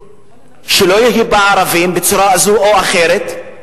שלא יהיו בה ערבים בצורה זו או אחרת.